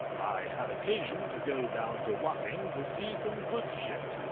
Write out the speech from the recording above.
i had occasion to go down to wapping, to see some goods shipped,